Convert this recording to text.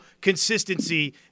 consistency